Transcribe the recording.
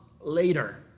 later